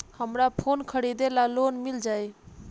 हमरा फोन खरीदे ला लोन मिल जायी?